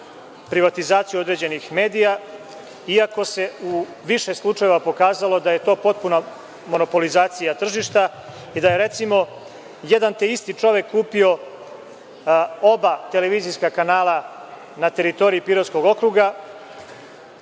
privatizaciju određenih medija, iako se u više slučajeva pokazalo da je to potpuna monopolizacija tržišta i da je, recimo, jedan te isti čovek kupio oba televizijska kanala na teritoriji Pirotskog okruga,